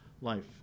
life